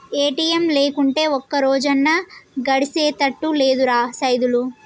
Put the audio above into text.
ATM లేకుంటే ఒక్కరోజన్నా గడిసెతట్టు లేదురా సైదులు